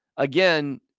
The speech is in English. Again